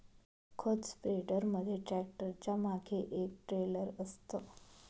खत स्प्रेडर मध्ये ट्रॅक्टरच्या मागे एक ट्रेलर असतं